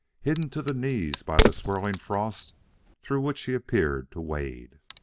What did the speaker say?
hidden to the knees by the swirling frost through which he appeared to wade.